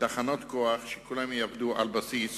תחנות כוח שכולן יעבדו על בסיס